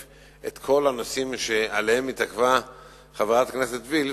את כל הנושאים שעליהם התעכבה חברת הכנסת וילף,